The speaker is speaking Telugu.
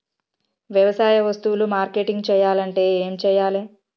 వ్యవసాయ వస్తువులు మార్కెటింగ్ చెయ్యాలంటే ఏం చెయ్యాలే?